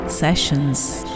sessions